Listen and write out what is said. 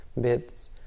bits